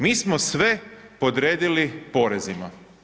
Mi smo sve podredili porezima.